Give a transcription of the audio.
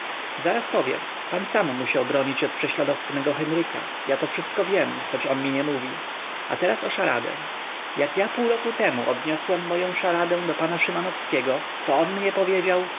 zaraz powiem pan sam musiał bronić od prześladowcy mego henryka ja to wszystko wiem choć nie on mi mówił a teraz o szaradę jak ja pół roku temu odniosłem moję szaradę do pana szymanowskiego to on mnie powiedział